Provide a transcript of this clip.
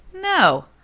no